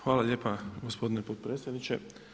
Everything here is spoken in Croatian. Hvala lijepa gospodine potpredsjedniče.